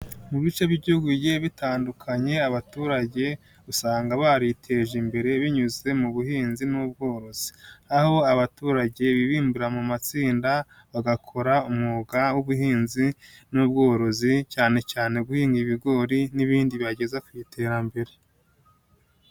Mu bice by'igihugu bigiye bitandukanye abaturage usanga bariteje imbere binyuze mu buhinzi n'ubworozi, aho abaturage bibumbura mu matsinda bagakora umwuga w'ubuhinzi n'ubworozi cyane cyane guhinga ibigori n'ibindi bigeza ku iterambere.